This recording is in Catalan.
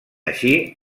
així